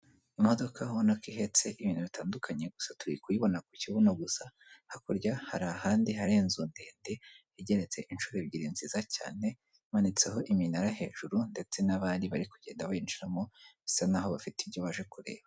Imodoka ubona ihetse ibintu bitandukanye, gusa turi kuyibona ku kibuno gusa, hakurya hari ahandi hari ahandi hari inzu ndende igeretse inshuro ebyiri nziza cyane imanitseho iminara hejuru, ndetse n'abari bari kugenda binjiramo bisa naho bafite ibyo baje kureba,